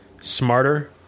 Smarter